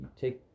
take